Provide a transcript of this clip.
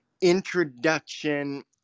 introduction